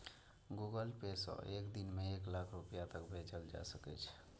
Google Pay सं एक दिन मे एक लाख रुपैया तक भेजल जा सकै छै